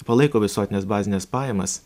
palaiko visuotines bazines pajamas